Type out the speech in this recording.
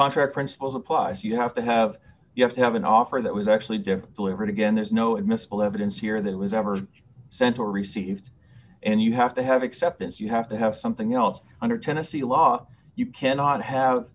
contract principles applies you have to have you have to have an offer that was actually deployed again there's no admissible evidence here that was ever sent or received and you have to have acceptance you have to have something else under tennessee law you cannot have